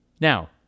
Now